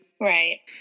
Right